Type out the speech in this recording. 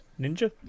Ninja